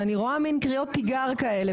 ואני רואה מן קריאות תיגר כאלה,